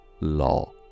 law